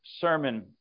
sermon